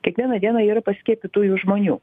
kiekvieną dieną yra paskiepytųjų žmonių